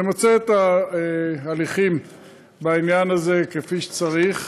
נמצה את ההליכים בעניין הזה כפי שצריך,